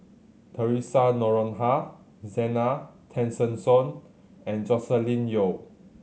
Theresa Noronha Zena Tessensohn and Joscelin Yeo